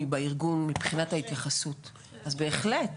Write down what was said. בארגון מבחינת ההתייחסות אז בהחלט.